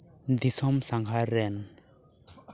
ᱫᱤᱥᱚᱢ ᱥᱟᱸᱜᱷᱟᱨ ᱨᱮᱱ